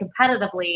competitively